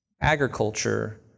agriculture